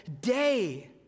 day